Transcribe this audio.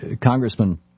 Congressman